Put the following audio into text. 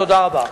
תודה רבה.